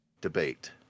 debate